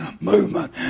movement